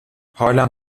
حالم